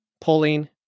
pulling